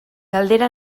galdera